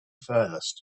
furthest